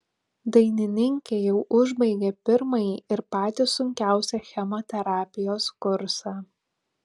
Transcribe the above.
dainininkė jau užbaigė pirmąjį ir patį sunkiausią chemoterapijos kursą